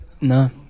no